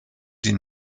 die